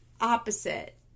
opposite